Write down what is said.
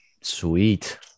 Sweet